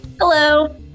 Hello